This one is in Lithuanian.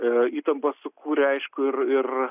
e įtampą sukūrė aišku ir ir